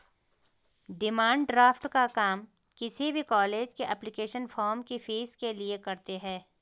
demand draft का काम किसी भी कॉलेज के एप्लीकेशन फॉर्म की फीस के लिए करते है